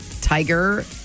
Tiger